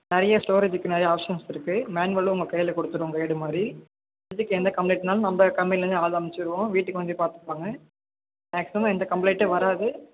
நிறைய ஸ்டோரேஜிக்கு நிறைய ஆப்ஷன்ஸ் இருக்குது மேனுவலும் உங்கள் கையில் கொடுத்துருவோம் கைடு மாதிரி ஃபிரிட்ஜுக்கு எந்த கம்ப்ளைண்ட்னாலும் நம்ப கம்பெனிலேருந்தே ஆள் அமுச்சுடுவோம் வீட்டுக்கு வந்தே பார்த்துப்பாங்க மேக்ஸிமம் எந்த கம்ப்ளைண்டும் வராது